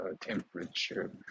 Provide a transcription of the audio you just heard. temperature